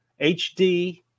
HD